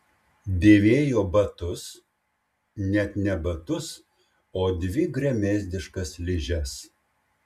dėvėjo batus net ne batus o dvi gremėzdiškas ližes